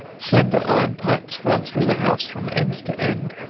slender iron pipes run through the house from end to end,